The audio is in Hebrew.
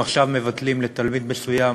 אם עכשיו מבטלים לתלמיד מסוים